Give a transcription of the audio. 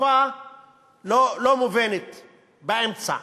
תקופה לא מובנת באמצע.